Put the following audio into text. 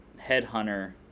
headhunter